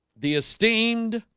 the esteemed